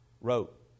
wrote